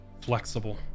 Flexible